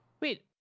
Wait